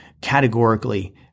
categorically